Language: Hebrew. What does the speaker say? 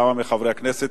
כמה מחברי הכנסת,